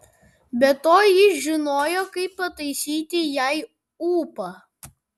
be to jis žinojo kaip pataisyti jai ūpą